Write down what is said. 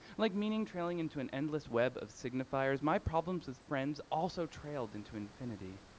like meaning trailing into an endless web of signifiers my problems his friends also trailed into infinity.